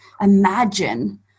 Imagine